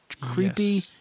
creepy